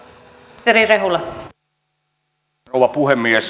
arvoisa rouva puhemies